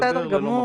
בסדר גמור.